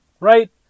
Right